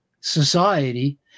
society